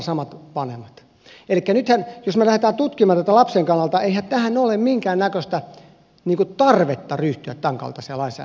elikkä nyt jos me lähdemme tutkimaan tätä lapsen kannalta eihän ole minkäännäköistä tarvetta ryhtyä tämänkaltaiseen lainsäädäntöön